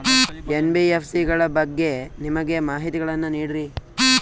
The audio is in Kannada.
ಎನ್.ಬಿ.ಎಫ್.ಸಿ ಗಳ ಬಗ್ಗೆ ನಮಗೆ ಮಾಹಿತಿಗಳನ್ನ ನೀಡ್ರಿ?